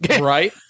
Right